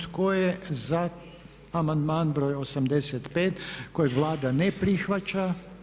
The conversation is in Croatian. Tko je za amandman broj 85. kojeg Vlada ne prihvaća?